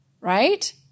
right